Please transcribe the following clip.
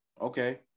Okay